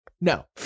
No